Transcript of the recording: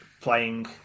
playing